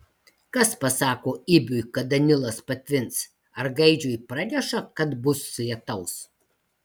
kas pasako ibiui kada nilas patvins ar gaidžiui praneša kad bus lietaus